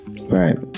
right